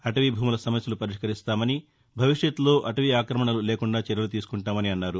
అటవీ భూముల సమస్యలు పరిష్కరిస్తామని భవిష్యత్లో అటవీ ఆక్రణమలు లేకుండా చర్యలు తీసుకుంటామన్నారు